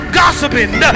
gossiping